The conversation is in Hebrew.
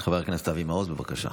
חבר הכנסת אבי מעוז, בבקשה.